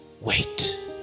wait